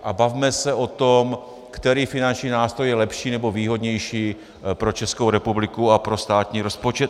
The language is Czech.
A bavme se o tom, který finanční nástroj je lepší nebo výhodnější pro Českou republiku a pro státní rozpočet.